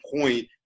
point